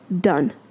done